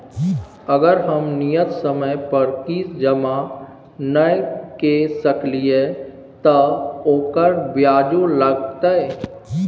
अगर हम नियत समय पर किस्त जमा नय के सकलिए त ओकर ब्याजो लगतै?